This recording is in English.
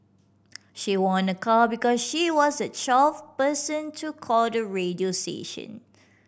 she won a car because she was the twelve person to call the radio station